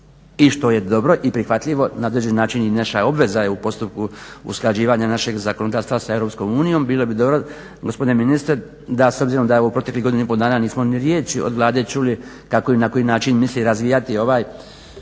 I što je dobro i prihvatljivo na određeni način i naša je obaveza je u postupku usklađivanja našeg zakonodavstva sa EU. Bilo bi dobro gospodine ministre da, s obzirom da je u proteklih godinu i po dana nismo ni riječi od Vlade čuli kako i na koji način misli razvijati ovaj